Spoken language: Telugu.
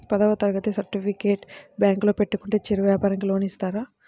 పదవ తరగతి సర్టిఫికేట్ బ్యాంకులో పెట్టుకుంటే చిరు వ్యాపారంకి లోన్ ఇస్తారా?